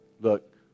Look